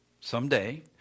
someday